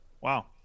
Wow